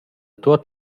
tuot